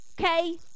okay